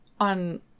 on